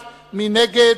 מרצ,